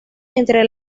entre